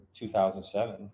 2007